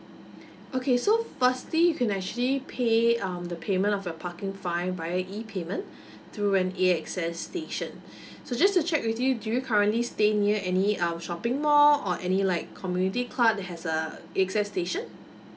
okay so firstly you can actually pay um the payment of your parking fine via E payment through an A X S station so just to check with you do you currently staying near any uh shopping mall or any like community club has a A X S station